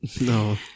No